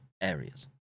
areas